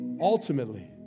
ultimately